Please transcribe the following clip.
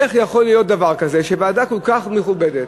איך יכול להיות דבר כזה שוועדה כל כך מכובדת,